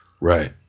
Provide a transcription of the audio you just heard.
Right